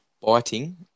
biting